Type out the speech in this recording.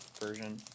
version